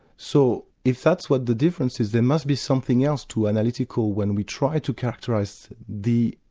so if that's what the difference is, there must be something else to analytical when we try to characterise the,